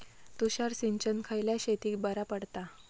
तुषार सिंचन खयल्या शेतीक बरा पडता?